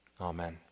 Amen